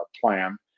plan